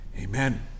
Amen